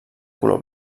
color